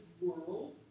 world